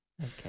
Okay